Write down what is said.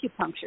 acupuncture